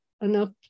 enough